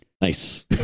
Nice